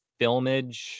filmage